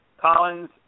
Collins